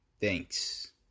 thanks